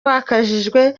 wakajijwe